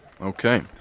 Okay